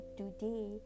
today